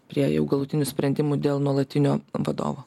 prie jau galutinių sprendimų dėl nuolatinio vadovo